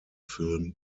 film